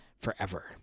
forever